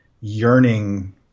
yearning